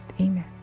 Amen